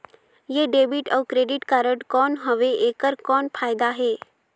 ये डेबिट अउ credit card कौन हवे एकर कौन फाइदा हे?